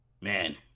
man